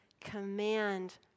command